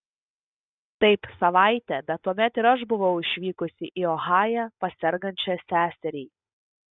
taip savaitę bet tuomet ir aš buvau išvykusi į ohają pas sergančią seserį